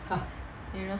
you know